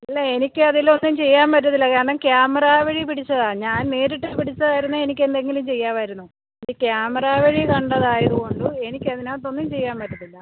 ഇല്ല എനിക്ക് അതിൽ ഒന്നും ചെയ്യാൻ പറ്റത്തില്ല കാരണം ക്യാമറ വഴി പിടിച്ചതാണ് ഞാൻ നേരിട്ട് പിടിച്ചതായിരുന്നെകിൽ എനിക്ക് എന്തെങ്കിലും ചെയ്യാമായിരുന്നു ഈ ക്യാമറ വഴി കണ്ടതായത് കൊണ്ടും എനിക്ക് അതിനകത്തൊന്നും ചെയ്യാൻ പറ്റത്തില്ല